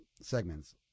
segments